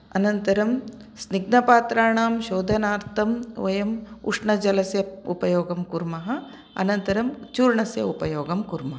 अनन्तरं स्निग्धपात्राणां शोधनार्थं वयम् उष्णजलस्य उपयोगं कुर्मः अनन्तरं चूर्णस्य उपयोगं कुर्मः